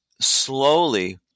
slowly